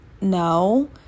no